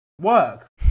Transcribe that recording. Work